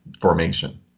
formation